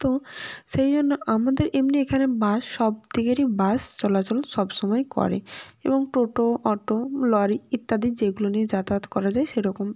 তো সেই জন্য আমাদের এমনি এখানে বাস সবদিকেরই বাস চলাচল সব সময়ই করে এবং টোটো অটো লরি ইত্যাদি যেগুলো নিয়ে যাতায়াত করা যায় সেরকম